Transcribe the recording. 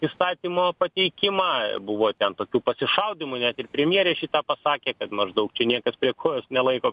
įstatymo pateikimą buvo ten tokių pasišaudymų net ir premjerė šitą pasakė kad maždaug niekad prie kojos nelaiko